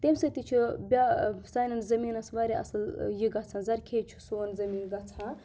تَمہِ سۭتۍ تہِ چھِ بیٛا سانٮ۪ن زٔمیٖنَس واریاہ اَصٕل یہِ گژھان زرخیز چھُ سون زٔمیٖن گژھان